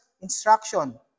instruction